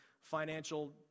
financial